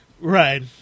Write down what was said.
right